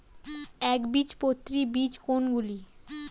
একবীজপত্রী বীজ কোন গুলি?